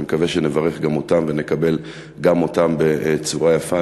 אני מקווה שנברך גם אותם ונקבל גם אותם בצורה יפה.